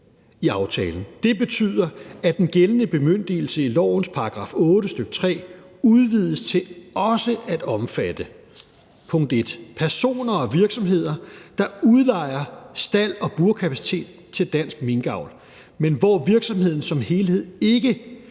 i aftalen. Det betyder, at den gældende bemyndigelse i lovens § 8, stk. 3, udvides til også at omfatte: Punkt 1: Personer og virksomheder, der udlejer stald- og burkapacitet til dansk minkavl, men hvor virksomheden som helhed ikke